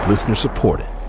Listener-supported